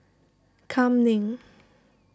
Kam Ning